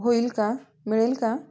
होईल का मिळेल का